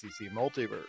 Multiverse